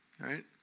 right